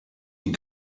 die